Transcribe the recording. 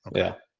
yeah.